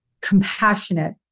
compassionate